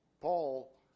Paul